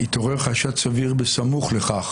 "התעורר חשד סביר בסמוך לכך"